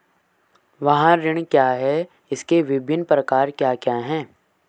वाहन ऋण क्या है इसके विभिन्न प्रकार क्या क्या हैं?